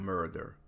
Murder